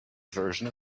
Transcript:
version